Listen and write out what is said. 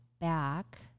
back